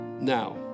Now